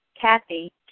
Kathy